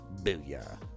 Booyah